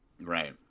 right